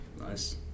Nice